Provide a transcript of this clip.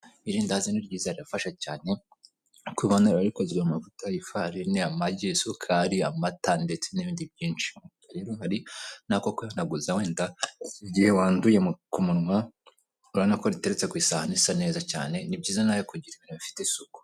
Irindazi ni ryiza rirafasha nkuko ubibona eiba rikozwe mu amavuta, ifarini ,amagi, isukari, amata ndetse n'ibindi byinshi rero hari na ako kwihanaguza wenda mu igihe wanduye ku munwa urabona ko riteretse ku isahani isa neza cyane ni byiza nawe kugira ibintu bifite isuku.